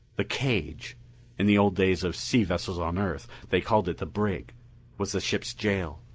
the cage in the old days of sea vessels on earth, they called it the brig was the ship's jail.